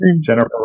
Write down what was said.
Jennifer